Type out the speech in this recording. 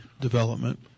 development